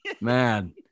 Man